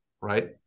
right